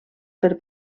per